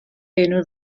enw